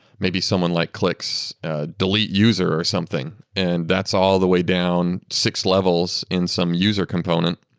maybe someone like clicks delete user or something. and that's all the way down six levels in some user component,